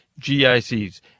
GICs